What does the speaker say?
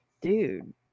Dude